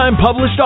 published